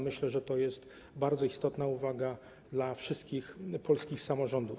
Myślę, że to jest bardzo istotna uwaga dla wszystkich polskich samorządów.